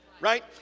Right